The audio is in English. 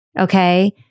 okay